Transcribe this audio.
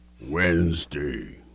Wednesday